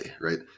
right